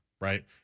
right